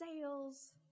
sales